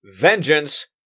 Vengeance